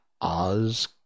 Oz